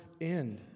end